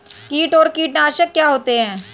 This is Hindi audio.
कीट और कीटनाशक क्या होते हैं?